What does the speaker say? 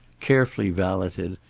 carefully valeted,